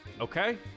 okay